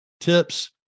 tips